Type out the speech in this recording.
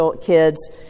kids